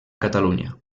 catalunya